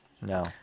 No